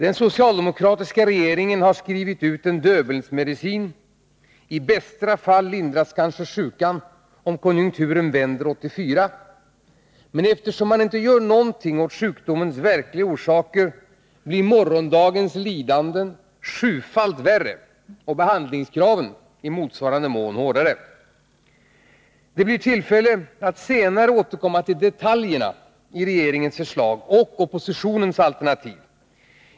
Den socialdemokratiska regeringen har skrivit ut en döbelnsmedicin. I bästa fall lindras kanske sjukan om konjunkturen vänder 1984. Men eftersom man inte gör någonting åt sjukdomens verkliga orsaker, blir morgondagens lidanden sjufalt värre och behandlingskraven i motsvarande mån hårdare. Det blir tillfälle att senare återkomma till detaljerna i regeringens förslag 78 och oppositionens alternativ.